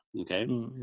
okay